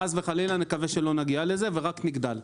חס וחלילה, נקווה שלא נגיע לזה ורק נגדל.